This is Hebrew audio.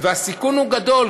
והסיכון הוא גדול,